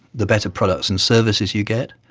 the better products and services you get,